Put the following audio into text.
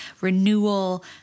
renewal